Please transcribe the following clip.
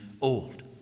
old